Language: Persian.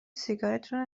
سیگارتونو